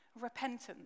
repentance